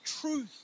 truth